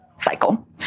cycle